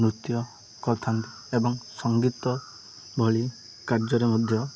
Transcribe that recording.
ନୃତ୍ୟ କରିଥାନ୍ତି ଏବଂ ସଙ୍ଗୀତ ଭଳି କାର୍ଯ୍ୟରେ ମଧ୍ୟ